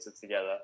together